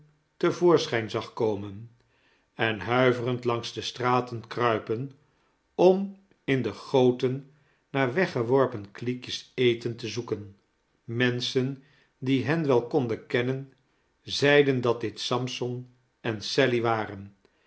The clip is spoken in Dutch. te voorschijn zag komen en huiverend langs de straten kruipen om in de goten naar weggeworpen kliekjes eten te zoeken menschen die hen wel konden kennen zeiden dat dit sampson en sally waren